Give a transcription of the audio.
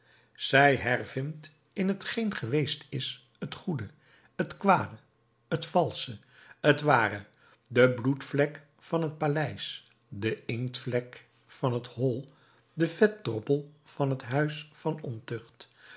zij hervindt in t geen geweest is het goede het kwade het valsche het ware de bloedvlek van het paleis de inktvlek van het hol den vetdroppel van het huis van ontucht